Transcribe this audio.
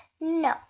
no